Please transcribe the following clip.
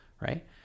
right